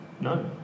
No